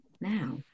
now